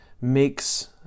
makes